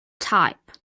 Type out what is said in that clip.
type